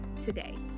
today